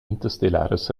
interstellares